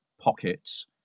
pockets